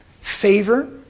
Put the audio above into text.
favor